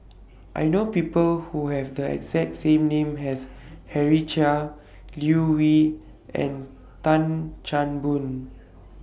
I know People Who Have The exact same name as Henry Chia Liew Wee and Tan Chan Boon